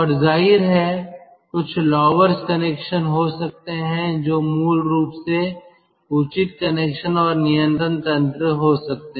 और जाहिर है कुछ लॉवर्स कनेक्शन हो सकते हैं जो मूल रूप से उचित कनेक्शन और नियंत्रण तंत्र हो सकते